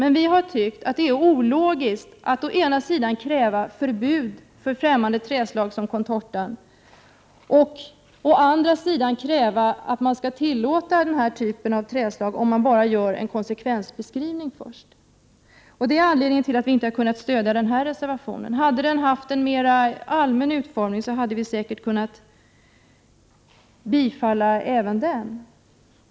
Men vi har tyckt att det är ologiskt att å ena sidan kräva förbud mot främmande trädslag, som Contortatallen, och å andra sidan kräva att man skall tillåta den typen av trädslag bara man först gör en konsekvensbeskrivning. Detta är anledningen till att vi inte har kunnit stödja reservationen. Hade reservationen haft en mera allmän utformning, hade vi säkert kunnat ansluta oss till den.